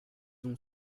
ont